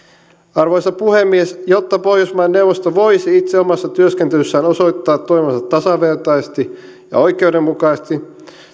arvoisa puhemies jotta pohjoismaiden neuvosto voisi itse omassa työskentelyssään osoittaa toimivansa tasavertaisesti ja oikeudenmukaisesti